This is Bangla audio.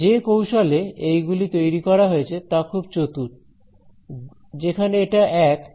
যে কৌশলে এই গুলি তৈরি করা হয়েছে তা খুব চতুর যেখানে এটা 1 অন্য বেসিস ফাংশন 0